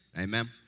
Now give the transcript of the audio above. Amen